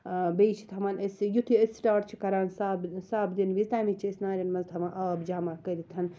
بیٚیہِ چھِ تھاوان أسۍ یِتھُے أسۍ سٹاٹ چھِ کَران سَب سَب دِنہ وِز تمہِ وِز چھِ أسۍ ناریٚن مَنٛز تھاوان آب جَمَع کٔرِتھ